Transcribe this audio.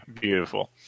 beautiful